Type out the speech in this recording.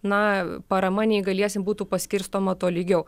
na parama neįgaliesiem būtų paskirstoma tolygiau